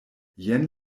jen